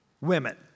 women